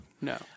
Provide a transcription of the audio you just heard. No